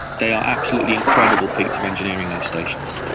they are absolutely incredible feats of engineering, those stations.